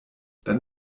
dann